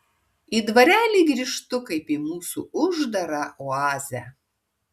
į dvarelį grįžtu kaip į mūsų uždarą oazę